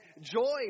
joy